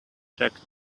checked